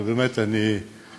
ובאמת מה